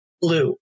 blue